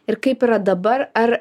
ir kaip yra dabar ar